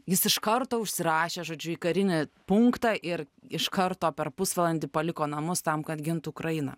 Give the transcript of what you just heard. jis iš karto užsirašė žodžiu į karinį punktą ir iš karto per pusvalandį paliko namus tam kad gintų ukrainą